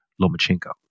Lomachenko